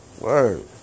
Word